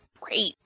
great